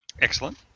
Excellent